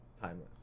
timeless